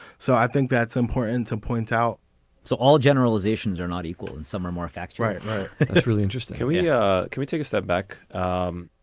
so i think that's important to point out so all generalizations are not equal and some are more fact. right it's really interesting theory. yeah can we take a step back? um